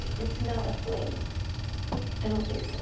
it's not a fling i don't think.